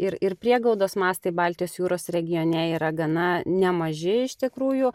ir ir priegaudos mastai baltijos jūros regione yra gana nemaži iš tikrųjų